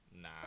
Nah